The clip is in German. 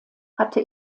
hatte